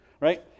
right